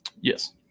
Yes